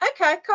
Okay